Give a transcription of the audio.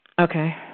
Okay